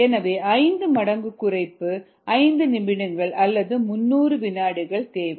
எனவே 5 மடங்கு குறைப்புக்கு 5 நிமிடங்கள் அல்லது 300 வினாடிகள் தேவை